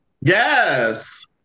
Yes